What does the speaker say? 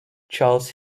charles